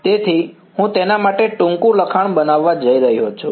તેથી હું તેના માટે ટૂંકું લખાણ બનાવવા જઈ રહ્યો છું